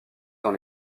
dans